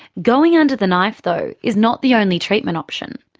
going under the knife though is not the only treatment option.